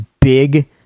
big